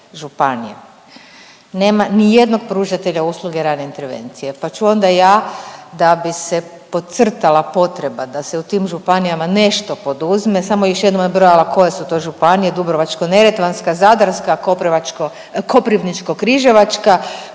županija nema nijednog pružatelja usluge rane intervencije, pa ću onda ja da bi se podcrtala potreba da se u tim županijama nešto poduzme samo još jednom nabrojala koje su to županije Dubrovačko-neretvanska, Zadarska, Koprivničko-križevačka,